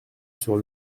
sur